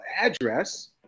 address